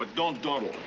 ah don't dawdle.